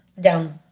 down